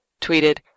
tweeted